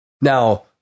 now